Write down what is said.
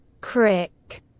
Crick